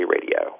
Radio